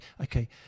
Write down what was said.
okay